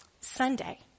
Sunday